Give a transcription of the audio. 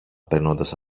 περνώντας